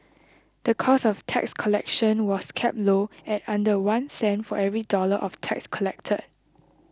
the cost of tax collection was kept low at under one cent for every dollar of tax collected